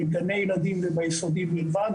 בגני ילדים והיסודי בלבד,